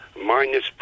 minus